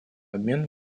обмен